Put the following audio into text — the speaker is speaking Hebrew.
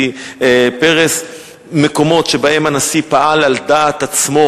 פרס מקומות שבהם הנשיא פעל על דעת עצמו,